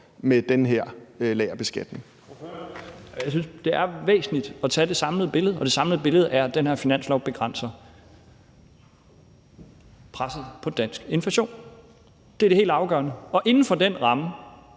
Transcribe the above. Torsten Schack Pedersen (V): Jeg synes, det er væsentligt at se det samlede billede, og det samlede billede viser, at den her finanslov begrænser presset på dansk inflation. Det er det helt afgørende. Og inden for den ramme